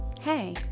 hey